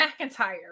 mcintyre